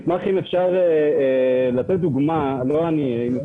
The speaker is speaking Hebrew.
כי כי הוא נושא על עצמו עלויות מאוד מאוד גדולות,